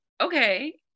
okay